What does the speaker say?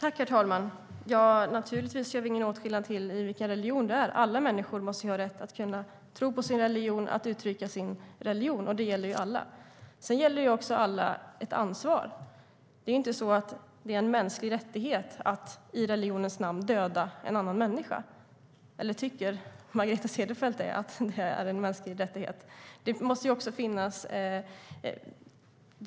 Herr talman! Vi gör naturligtvis ingen åtskillnad mellan religionerna. Alla människor måste ha rätt att tro på sin religion, att uttrycka sin religion. Det gäller alla. Sedan har alla också ett ansvar. Det är ingen mänsklig rättighet att i religionens namn döda en annan människa, eller tycker Margareta Cederfelt att det är en mänsklig rättighet?